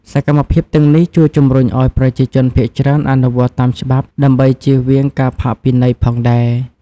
សកម្មភាពទាំងនេះ ជួយជំរុញឱ្យប្រជាជនភាគច្រើនអនុវត្តតាមច្បាប់ ដើម្បីចៀសវាងពីការផាកពិន័យផងដែរ។